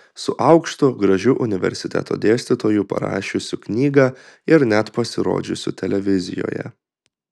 su aukštu gražiu universiteto dėstytoju parašiusiu knygą ir net pasirodžiusiu televizijoje